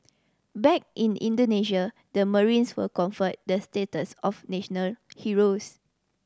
back in Indonesia the marines were conferred the status of national heroes